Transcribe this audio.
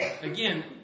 again